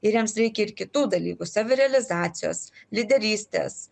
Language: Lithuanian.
ir jiems reikia ir kitų dalykų savirealizacijos lyderystės